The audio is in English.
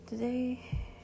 Today